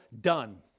Done